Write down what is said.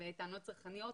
לטענות צרכניות,